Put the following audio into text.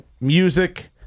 Music